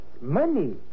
money